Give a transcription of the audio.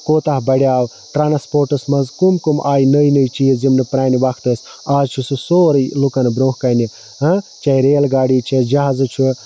کوتاہ بَڑیو ٹرانسپوٹَس مَنٛز کِم کِم آیہِ نٔے نٔے چیٖز یِم نہٕ پرانہِ وقتہٕ ٲسۍ آز چھُ سُہ سورُے لُکَن برونٛہہ کَنہِ واہے ریل گاڑی چھَس جَہاز چھُ